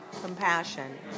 compassion